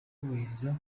kubahiriza